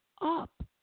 up